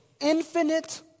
Infinite